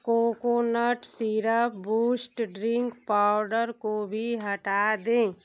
coconut syrup boost drink powder को भी हटा दें